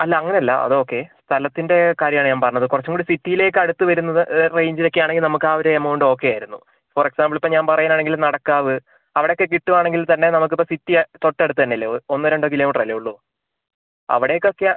അല്ല അങ്ങനെ അല്ല അത് ഓക്കെ സ്ഥലത്തിൻ്റ കാര്യമാണ് ഞാൻ പറഞ്ഞത് കുറച്ചുകൂടി സിറ്റിയിലേക്ക് അടുത്ത് വരുന്നത് റേഞ്ചിൽ ഒക്കെ ആണെങ്കിൽ നമ്മൾക്ക് ആ ഒരു എമൗണ്ട് ഓക്കെ ആയിരുന്നു ഫോർ എക്സാമ്പിൾ ഇപ്പോൾ ഞാൻ പറയാൻ ആണെങ്കിൽ നടക്കാവ് അവിടെയൊക്കെ കിട്ടുകയാണെങ്കിൽ തന്നെ നമുക്ക് ഇപ്പോൾ സിറ്റി തൊട്ടടുത്ത് തന്നെ അല്ലെ ഒന്നോ രണ്ടോ കിലോ മീറ്റർ അല്ലെ ഉള്ളൂ അവടേയ്ക്ക് ഒക്കെ